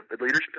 leadership